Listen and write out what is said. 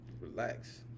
relax